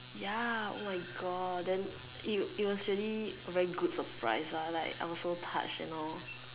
ya oh my god then it it was really a very good surprise lah like I was so touched and all